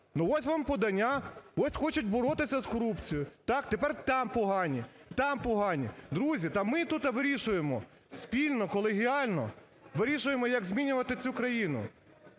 Ну, ось вам подання. Ось хочуть боротися з корупцією. Так, тепер там погані. Там погані. Друзі, та ми тут вирішуємо спільно, колегіально вирішуємо, як змінювати цю країну.